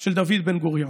של דוד בן-גוריון.